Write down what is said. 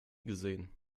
gesehen